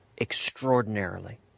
extraordinarily